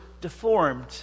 deformed